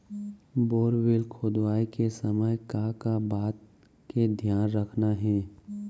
Borewell खोदवाए के समय का का बात के धियान रखना हे?